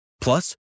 Plus